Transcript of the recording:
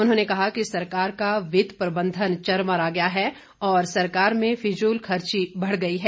उन्होंने कहा कि सरकार का वित्त प्रबंधन चरमरा गया है और सरकार में फिजूलखर्ची बढ़ गई है